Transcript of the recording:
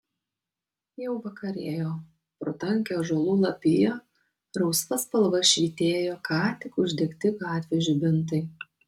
jau vakarėjo pro tankią ąžuolų lapiją rausva spalva švytėjo ką tik uždegti gatvių žibintai